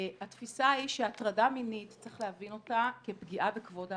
התפיסה היא שצריך להבין הטרדה מינית כפגיעה בכבוד האדם.